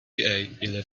eleven